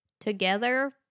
Together